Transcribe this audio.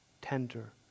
tender